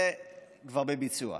זה כבר בביצוע.